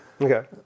Okay